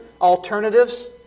alternatives